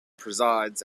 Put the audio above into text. presides